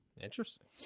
interesting